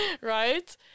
right